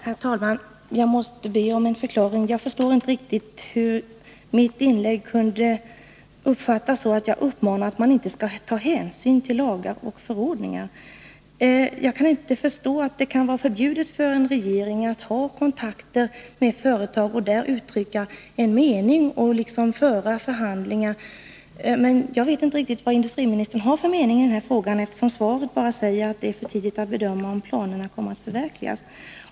Herr talman! Jag måste be om en förklaring. Jag förstår inte riktigt hur mitt inlägg kunde uppfattas så, att jag uppmanar regeringen att inte ta hänsyn till lagar och förordningar. Jag kan inte förstå att det kan vara förbjudet för en regering att ha kontakter med företag och därvid uttrycka en mening och liksom föra förhandlingar. Men jag vet inte vad industriministern har för mening i denna fråga, eftersom svaret bara säger att det är för tidigt att bedöma om planerna kommer att förverkligas.